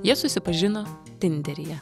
jie susipažino tinderyje